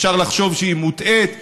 אפשר לחשוב שהיא מוטעית,